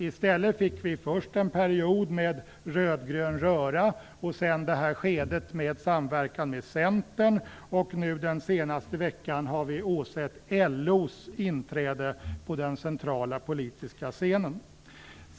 I stället fick vi först en period med rödgrön röra och sedan skedet med samverkan med Centern, och nu den senaste veckan har vi åsett LO:s inträde på den centrala politiska scenen.